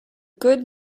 good